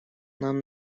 нам